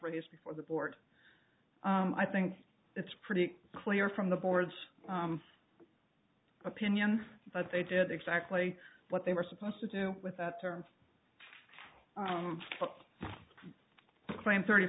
raised before the board i think it's pretty clear from the board's opinion but they did exactly what they were supposed to do with that term frame thirty